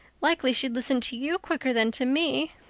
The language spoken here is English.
likely she'd listen to you quicker than to me.